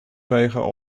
vegen